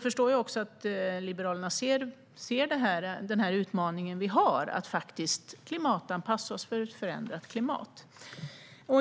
förstår jag att Liberalerna ser den utmaning som vi har att faktiskt klimatanpassa oss för ett förändrat klimat.